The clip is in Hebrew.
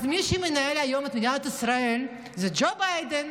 אז מי שמנהלים היום את מדינת ישראל זה ג'ו ביידן,